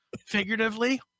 Figuratively